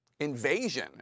invasion